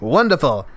Wonderful